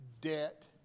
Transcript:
debt